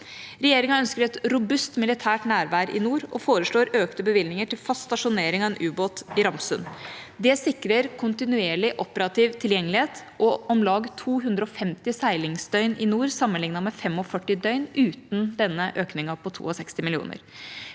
Regjeringa ønsker et robust militært nærvær i nord og foreslår økte bevilgninger til fast stasjonering av en ubåt i Ramsund. Det sikrer kontinuerlig operativ tilgjengelighet og om lag 250 seilingsdøgn i nord sammenlignet med 45 døgn uten denne økningen på 62 mill. kr.